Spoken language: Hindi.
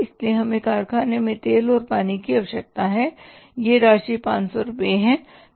इसलिए हमें कारखाने में तेल और पानी की आवश्यकता है और यह राशि 500 रुपये है